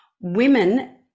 women